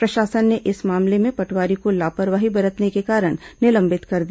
प्रशासन ने इस मामले में पटवारी को लापरवाही बरतने के कारण निलंबित कर दिया